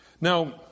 Now